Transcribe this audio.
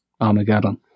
Armageddon